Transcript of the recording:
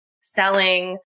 selling